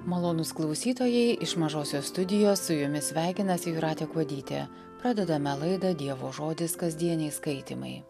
malonūs klausytojai iš mažosios studijos su jumis sveikinasi jūratė kuodytė pradedame laidą dievo žodis kasdieniai skaitymai